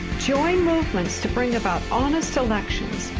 join movement to bring about honest elections,